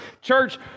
church